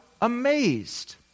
amazed